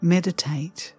Meditate